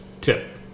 tip